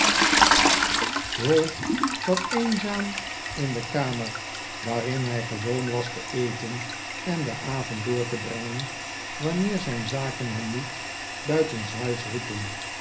ralph zat eenzaam in de kamer waarin hij gewoon was te eten en den avond door te brengen wanneer zijn zaken hem niet buitenshuis riepen